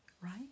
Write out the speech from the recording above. right